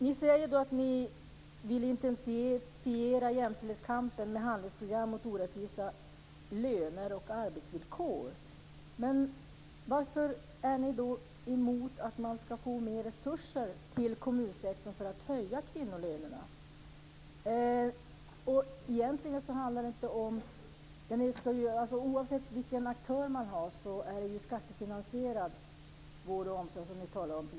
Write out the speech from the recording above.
Ni säger att ni vill intensifiera jämställdhetskampen med handlingsprogram mot orättvisa löner och arbetsvillkor. Varför är ni då emot att det ska vara mer resurser till kommunsektorn för att man ska kunna höja kvinnolönerna? Oavsett vilken aktör man har är det ju en skattefinansierad vård och omsorg som ni talar om.